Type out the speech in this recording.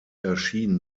erschien